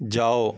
جاؤ